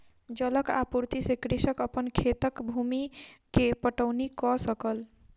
जलक आपूर्ति से कृषक अपन खेतक भूमि के पटौनी कअ सकल